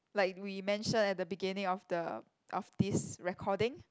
like we mention at the beginning of the of this recording